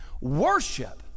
Worship